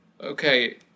Okay